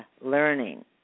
learning